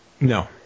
no